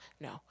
No